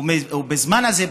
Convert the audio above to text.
ובזמן הזה,